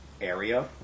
area